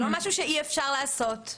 זה לא משהו שאי אפשר לעשות.